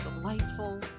delightful